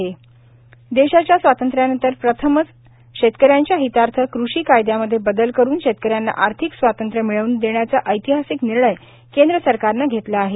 संजय धोत्रे देशाच्या स्वातंत्र्यानंतर प्रथमच शेतकऱ्यांच्या हितार्थ कृषी कायद्यामध्ये बदल करून शेतकऱ्यांना आर्थिक स्वतंत्र मिळवून देण्याचा ऐतिहासिक निर्णय केंद्र सरकारनं घेतला आहे